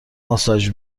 ماساژ